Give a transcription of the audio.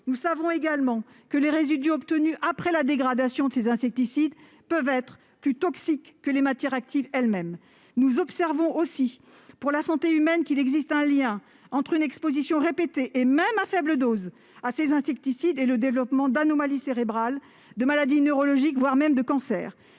Nous savons également que les résidus obtenus après dégradation de ces insecticides peuvent être plus toxiques que les matières actives elles-mêmes. Nous observons aussi que, pour la santé humaine, il existe un lien entre une exposition répétée, même à faible dose, à ces insecticides et le développement d'anomalies cérébrales, de maladies neurologiques, voire même de cancers.